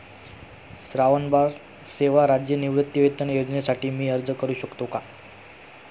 श्रावणबाळ सेवा राज्य निवृत्तीवेतन योजनेसाठी मी अर्ज करू शकतो का?